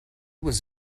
was